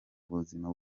buzima